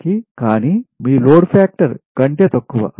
కానీ మీ load factors కంటే తక్కువ